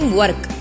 work